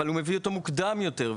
אבל הוא מביא אותו מוקדם יותר,